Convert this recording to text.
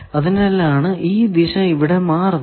അതിനാലാണ് ഈ ദിശ ഇവിടെ മാറുന്നത്